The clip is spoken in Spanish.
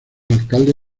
alcalde